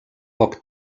poc